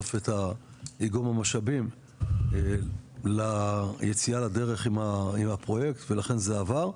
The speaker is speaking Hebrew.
בסוף את איגום המשאבים ליציאה לדרך עם הפרויקט ולכן זה עבר.